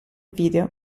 video